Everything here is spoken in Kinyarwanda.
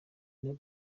nibo